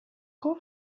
call